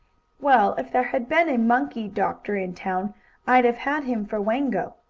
well, if there had been a monkey-doctor in town i'd have had him for wango,